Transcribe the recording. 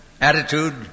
attitude